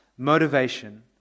Motivation